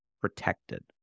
protected